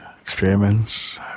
Experiments